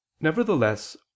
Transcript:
Nevertheless